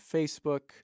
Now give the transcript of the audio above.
Facebook